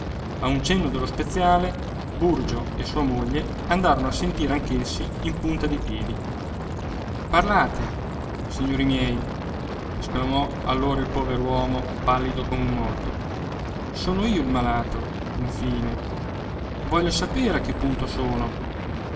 a un cenno dello speziale burgio e sua moglie andarono a sentire anch'essi in punta di piedi parlate signori miei esclamò allora il pover'uomo pallido come un morto sono io il malato infine voglio sapere a che punto sono